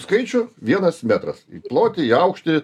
skaičių vienas metras plotį aukštį